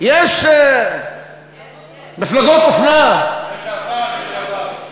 יש מפלגות אופנה, לשעבר, לשעבר.